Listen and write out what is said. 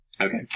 Okay